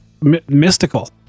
mystical